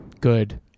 good